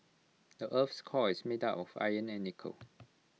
the Earth's core is made of iron and nickel